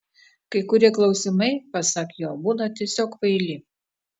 kai kurie klausimai pasak jo būna tiesiog kvaili